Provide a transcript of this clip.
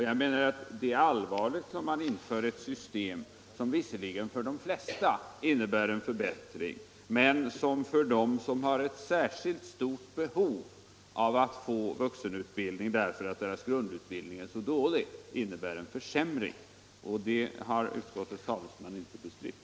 Jag menar att det är allvarligt om man inför ett system som visserligen för de flesta innebär en förbättring men som medför en försämring för dem som har ett särskilt stort behov av att få vuxenutbildning därför att deras grundutbildning är så dålig. Detta har utskottets talesman inte bestritt.